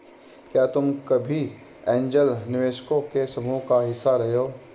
क्या तुम कभी ऐन्जल निवेशकों के समूह का हिस्सा रहे हो?